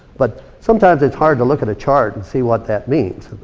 but sometimes it's hard to look at a chart and see what that means.